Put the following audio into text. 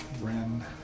Ren